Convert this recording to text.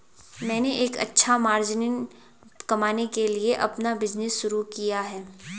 मैंने एक अच्छा मार्जिन कमाने के लिए अपना बिज़नेस शुरू किया है